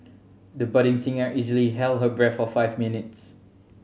the budding singer easily held her breath for five minutes